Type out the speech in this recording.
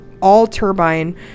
all-turbine